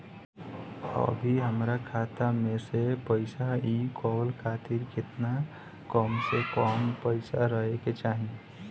अभीहमरा खाता मे से पैसा इ कॉल खातिर केतना कम से कम पैसा रहे के चाही?